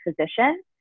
physician